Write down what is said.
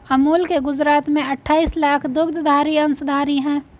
अमूल के गुजरात में अठाईस लाख दुग्धधारी अंशधारी है